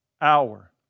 hour